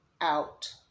out